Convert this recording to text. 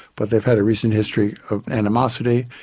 but they've had a recent history of animosity.